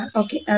okay